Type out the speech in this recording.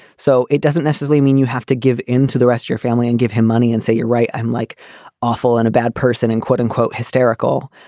so it doesn't necessarily mean you have to give into the rest your family and give him money and say, you're right. i'm like awful and a bad person and quote unquote, hysterical.